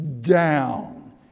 down